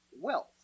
wealth